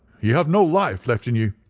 you have no life left in you.